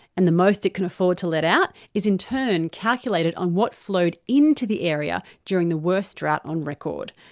and the most it can afford to let out is in turn calculated on what flowed in to the area during the worst drought on record.